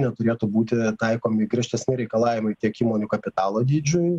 neturėtų būti taikomi griežtesni reikalavimai tiek įmonių kapitalo dydžiui